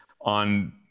on